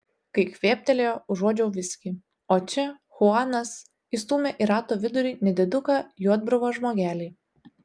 kai kvėptelėjo užuodžiau viskį o čia chuanas įstūmė į rato vidurį nediduką juodbruvą žmogelį